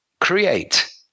create